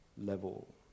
level